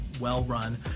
well-run